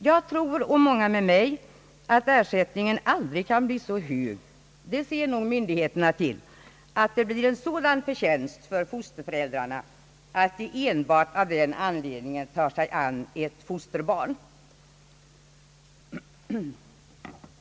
Jag och många med mig tror, att ersättningen aldrig kan bli så hög — det ser nog myndigheterna till — att fosterföräldrarna får en sådan förtjänst att de enbart av den anledningen tar sig an ett fosterbarn.